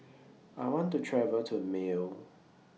I want to travel to Male